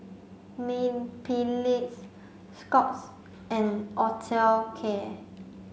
Mepilex Scott's and Osteocare